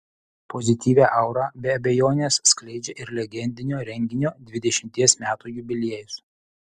pozityvią aurą be abejonės skleidžia ir legendinio renginio dvidešimties metų jubiliejus